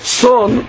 son